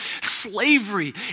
slavery